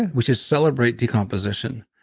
which is celebrate decomposition.